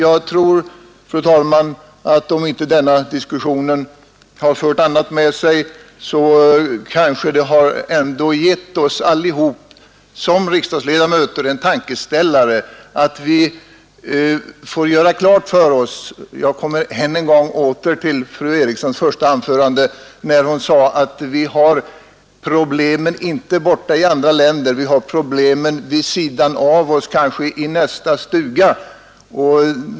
Jag tror, fru talman, att om inte denna diskussion har fört annat med sig så kanske den ändå har gett oss allesammans som riksdagsledamöter en tankeställare att vi får göra klart för oss — och nu återkommer jag än en gång till vad fru Eriksson sade i sitt första anförande — att vi har problemen inte borta i andra länder, utan vid sidan av oss, kanske i nästa stuga.